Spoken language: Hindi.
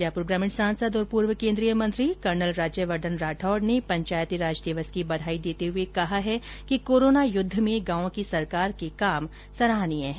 जयपुर ग्रामीण सांसद और पूर्व केन्द्रीय मंत्री कर्नल राज्यवर्द्वन राठौड़ ने पंचायती राज दिवस की बधाई देते हुए कहा है कि कोरोना युद्ध में गांव की सरकार के कार्य सराहनीय है